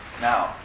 Now